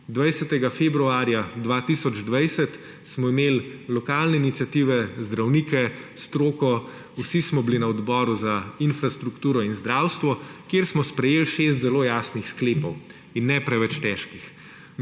20. februarja 2020 smo imeli lokalne iniciative, zdravnike, stroko, vsi smo bili na odboru za infrastrukturo in odboru za zdravstvo, kjer smo sprejeli šest zelo jasnih sklepov. In ne preveč težkih.